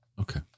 Okay